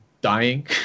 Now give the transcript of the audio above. dying